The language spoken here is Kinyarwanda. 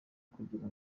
kugira